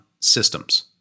systems